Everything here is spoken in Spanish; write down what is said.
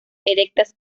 erectas